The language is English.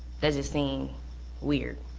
that just seemed weird,